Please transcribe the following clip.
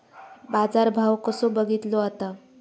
बाजार भाव कसो बघीतलो जाता?